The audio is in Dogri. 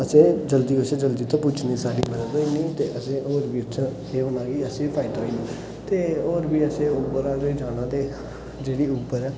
असें जल्दी कशा जल्दी उत्थै पुज्जनी साढ़ी मदद होई नि असें होर बी उत्थै केह् होना कि असेंगी फायदा होई ना ते होर बी असें उबर हल्ले जाना ते जेह्ड़ी उबर ऐ